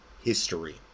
history